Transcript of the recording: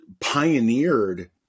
pioneered